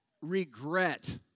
Regret